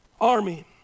army